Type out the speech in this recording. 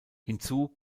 hinzu